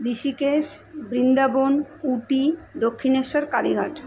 Rishikesh Vrindavan Ooty Dakshineswar Kalighat